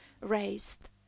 raised